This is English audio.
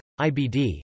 IBD